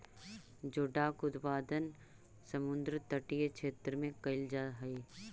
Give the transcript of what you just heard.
जोडाक उत्पादन समुद्र तटीय क्षेत्र में कैल जा हइ